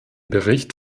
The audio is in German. bericht